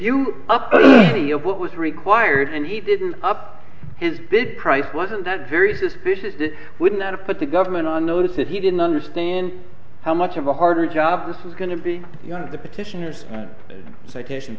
up what was required and he didn't up his bid price wasn't that very suspicious that he would not have put the government on notice if he didn't understand how much of a harder job this was going to be the petitioners citation